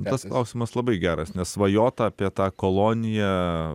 tas klausimas labai geras nes svajota apie tą koloniją